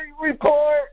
report